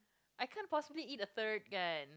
I can't possibly eat a third kan